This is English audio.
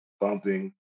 bumping